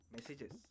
messages